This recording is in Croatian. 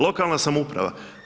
Lokalna samouprava.